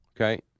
Okay